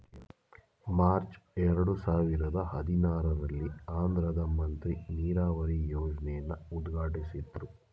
March ಎರಡು ಸಾವಿರದ ಹದಿನಾರಲ್ಲಿ ಆಂಧ್ರದ್ ಮಂತ್ರಿ ನೀರಾವರಿ ಯೋಜ್ನೆನ ಉದ್ಘಾಟ್ಟಿಸಿದ್ರು